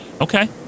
Okay